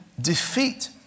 defeat